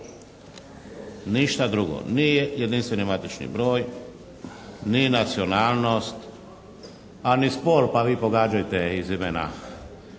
Ništa drugo ni jedinstveni matični broj, ni nacionalnost, a ni spol, pa vi pogađajte iz imena